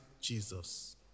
Jesus